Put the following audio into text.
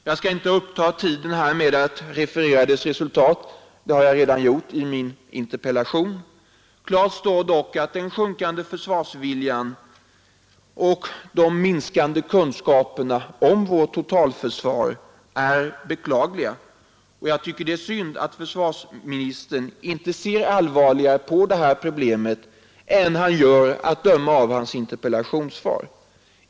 Jag skall inte uppta tiden med att referera dess resultat. Det har jag redan gjort i min interpellation. Klart står dock att den sjunkande försvarsviljan och de minskande kunskaperna om vårt totalförsvar är beklagliga. Jag tycker det är synd att försvarsministern inte ser allvarligare på detta problem än han gör att döma av hans interpellationssvar.